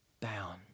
bound